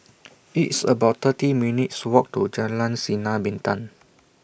It's about thirty minutes' Walk to Jalan Sinar Bintang